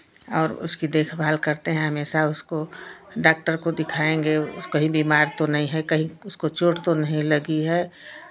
और उसकी देखभाल करते हैं हमेशा उसको डॉक्टर को दिखाएंगे वो कहीं बिमार तो नहीं है कहीं उसको चोट तो नहीं लगी है